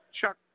Chuck